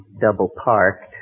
double-parked